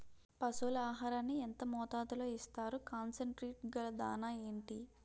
పశువుల ఆహారాన్ని యెంత మోతాదులో ఇస్తారు? కాన్సన్ ట్రీట్ గల దాణ ఏంటి?